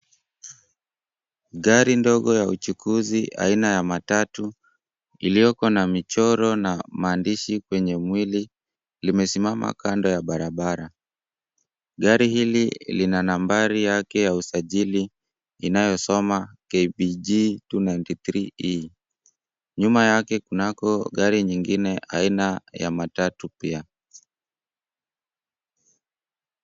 Gari ndogo ya uchukuzi, aina ya matatu iliyoko na michoro na maandishi kwenye mwili, limesimama kando ya barabara. Gari hili lina nambari yake ya usajili inayosoma KBG 293E. Nyuma yake kunako gari nyingine aina ya matatu pia.